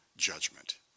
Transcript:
Judgment